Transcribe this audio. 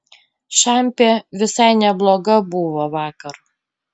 šampė visai nebloga buvo vakar